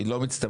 היא לא מצטמצמת.